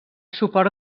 suport